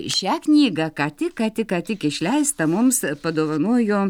šią knygą ką tik ką tik ką tik išleistą mums padovanojo